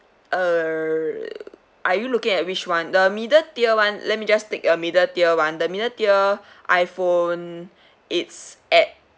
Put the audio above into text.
err are you looking at which one the middle tier one let me just take a middle tier [one] the middle tier iPhone it's at